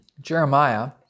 Jeremiah